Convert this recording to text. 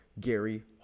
Gary